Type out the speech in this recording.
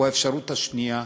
או האפשרות השנייה,